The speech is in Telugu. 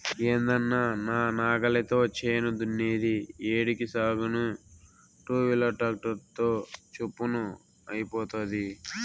ఏందన్నా నా నాగలితో చేను దున్నేది ఏడికి సాగేను టూవీలర్ ట్రాక్టర్ తో చప్పున అయిపోతాది